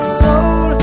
soul